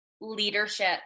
leadership